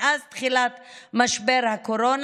מאז תחילת משבר הקורונה,